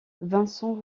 vincent